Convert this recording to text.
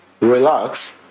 relax